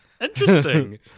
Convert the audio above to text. interesting